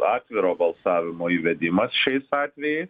atviro balsavimo įvedimas šiais atvejais